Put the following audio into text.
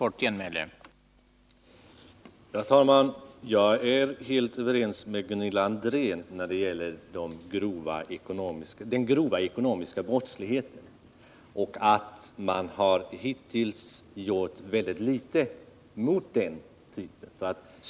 Herr talman! Jag är helt överens med Gunilla André när det gäller den grova ekonomiska brottsligheten. Hittills har man gjort väldigt litet mot den.